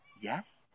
Yes